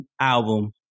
album